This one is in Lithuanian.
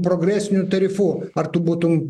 progresiniu tarifu ar tu būtum